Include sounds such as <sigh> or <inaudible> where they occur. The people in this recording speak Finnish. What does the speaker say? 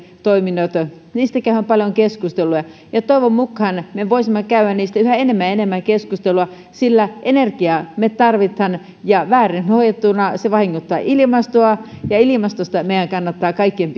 toiminnoista on paljon keskusteluja toivon mukaan me voisimme käydä niistä yhä enemmän ja enemmän keskustelua sillä energiaa me tarvitsemme ja väärin hoidettuna se vahingoittaa ilmastoa ja ilmastosta meidän kannattaa kaikkien <unintelligible>